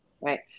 right